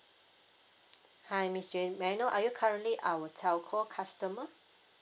hi miss jane may I know are you currently our telco customer